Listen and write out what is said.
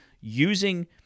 using